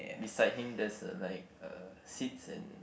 beside him there's like uh seats and